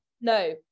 No